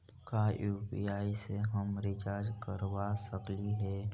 का यु.पी.आई से हम रिचार्ज करवा सकली हे?